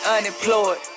Unemployed